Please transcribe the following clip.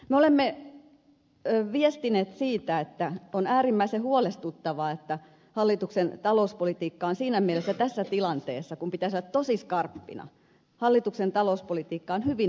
me olemme viestineet siitä että on äärimmäisen huolestuttavaa että hallituksen talouspolitiikka on tässä tilanteessa kun pitäisi olla tosi skarppina hyvin epäviisasta